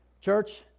Church